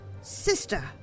sister